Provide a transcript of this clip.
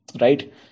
Right